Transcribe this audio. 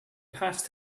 past